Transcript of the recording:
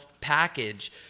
package